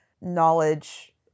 knowledge